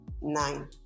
nine